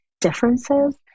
differences